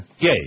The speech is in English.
Gay